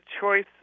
choice